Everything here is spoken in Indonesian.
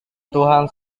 tuhan